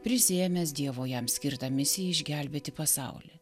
prisiėmęs dievo jam skirtą misiją išgelbėti pasaulį